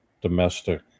Domestic